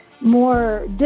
more